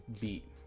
Beat